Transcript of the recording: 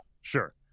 sure